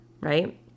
right